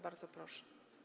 Bardzo proszę.